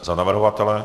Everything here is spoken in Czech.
Za navrhovatele?